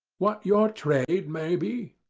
what your trade may be?